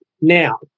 Now